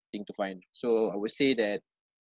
thing to find so I would say that